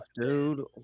dude